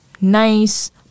nice